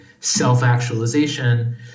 self-actualization